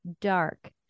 Dark